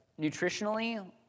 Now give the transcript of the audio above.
nutritionally